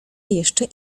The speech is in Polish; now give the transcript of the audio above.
jeszcze